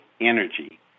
Energy